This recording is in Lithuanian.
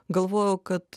galvojau kad